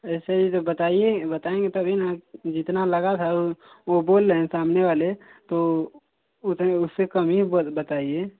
ऐसे हीं जो बताइए बताएंगे तभी न जितना लगा था वो बोल रहे हैं सामने वाले तो उसे उससे कम हीं ब बताइए